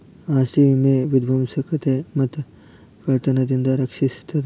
ಆಸ್ತಿ ವಿಮೆ ವಿಧ್ವಂಸಕತೆ ಮತ್ತ ಕಳ್ತನದಿಂದ ರಕ್ಷಿಸ್ತದ